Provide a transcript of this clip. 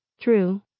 True